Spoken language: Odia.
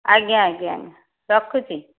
ଆଜ୍ଞା ଆଜ୍ଞା ରଖୁଛି